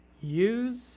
use